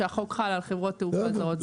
שהחוק חל על חברות תעופה זרות.